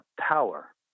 power